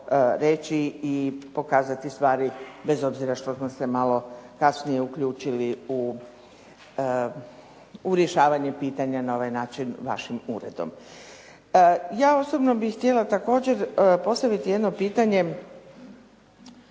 i pokazati stvari bez obzira što smo se malo kasnije uključili u rješavanje pitanja na ovaj način vašim uredom. Ja osobno bih htjela također postaviti jedno pitanje